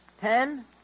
Ten